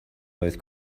both